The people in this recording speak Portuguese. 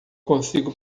consigo